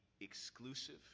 exclusive